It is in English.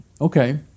okay